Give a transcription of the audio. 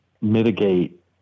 mitigate